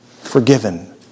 forgiven